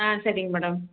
ஆ சரிங்க மேடம்